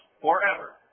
forever